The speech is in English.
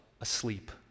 asleep